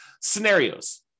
scenarios